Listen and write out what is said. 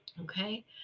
Okay